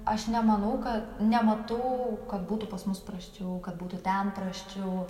aš nemanau kad nematau kad būtų pas mus prasčiau kad būtų ten prasčiau